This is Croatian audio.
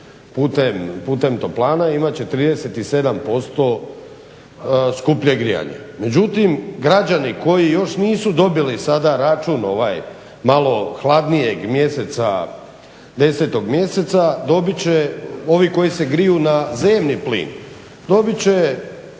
putem toplana imat će 37% skuplje grijanje. Međutim, građani koji još nisu dobili sada račun ovaj malo hladnijeg mjeseca, 10 mjeseca dobit će ovi koji se griju na zemni plin dobit će